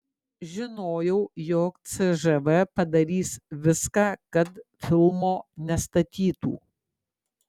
žinojau jog cžv padarys viską kad filmo nestatytų